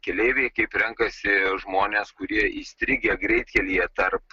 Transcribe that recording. keleiviai kaip renkasi žmonės kurie įstrigę greitkelyje tarp